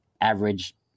average